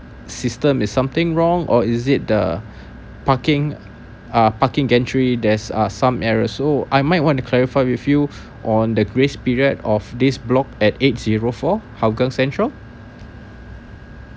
system is something wrong or is it the parking uh parking gantry there's uh some error so I might want to clarify with you on the grace period of this block at eight zero four hougang central